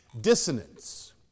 Dissonance